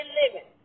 living